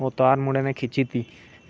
ओह तार मुडे़ ने खिच्ची दित्ती